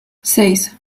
seis